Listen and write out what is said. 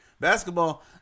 basketball